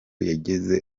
yageze